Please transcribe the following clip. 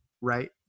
right